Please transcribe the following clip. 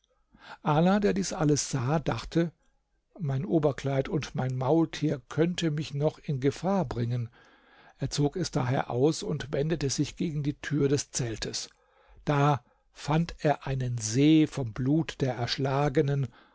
ala der dies alles sah dachte mein oberkleid und mein maultier könnte mich noch in gefahr bringen er zog es daher aus und wendete sich gegen die tür des zeltes da fand er einen see vom blut der erschlagenen